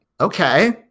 okay